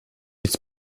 its